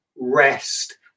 rest